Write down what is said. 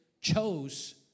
chose